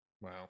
Wow